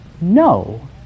no